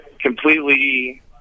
completely